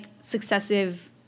successive